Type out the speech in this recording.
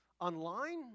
online